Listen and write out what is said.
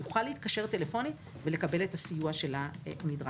הוא יוכל להתקשר טלפונית ולקבל את הסיוע הנדרש.